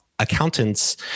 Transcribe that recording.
accountants